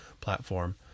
platform